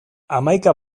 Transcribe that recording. hamaika